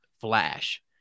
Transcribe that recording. Flash